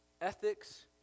ethics